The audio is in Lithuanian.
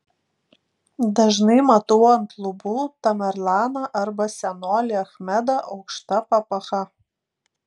dažnai matau ant lubų tamerlaną arba senolį achmedą aukšta papacha